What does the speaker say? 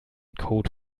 code